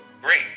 Great